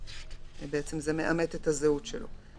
ובעצם זה מאמת את הזהות שלו.